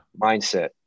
Mindset